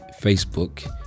facebook